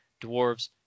dwarves